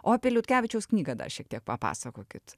o apie liutkevičiaus knygą dar šiek tiek papasakokit